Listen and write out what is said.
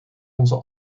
onze